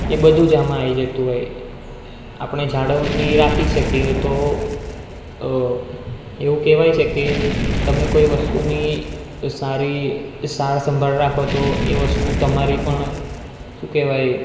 એ બધું જ આમાં આવી જતું હોય આપણે જાળવણી રાખી શકીએ તો એવું કહેવાય છે કે તમે કોઈ વસ્તુની સારી સારસંભાળ રાખો તો એ વસ્તુ તમારી પણ શું કહેવાય